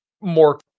more